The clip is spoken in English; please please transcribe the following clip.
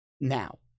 Now